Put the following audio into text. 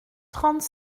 trente